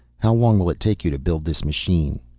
how long will it take you to build this machine?